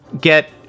get